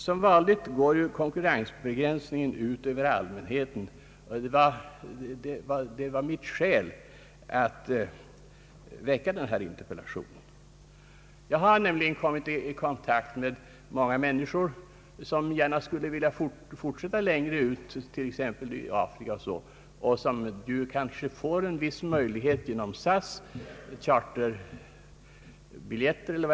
Som vanligt går konkurrensbegränsningen ut över allmänheten, och det var skälet till att jag framställde denna interpellation. Jag har nämligen kommit i kontakt med många människor, som gärna skulle vilja resa längre bort, t.ex. till Afrika, och som kanske får en viss möjlighet härtill genom SAS:s s.k. charterbiljetter.